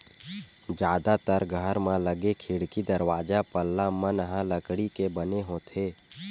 जादातर घर म लगे खिड़की, दरवाजा, पल्ला मन ह लकड़ी के बने होथे